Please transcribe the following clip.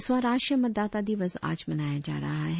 दसवां राष्ट्रीय मतदाता दिवस आज मनाया जा रहा है